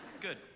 Good